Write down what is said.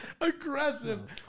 aggressive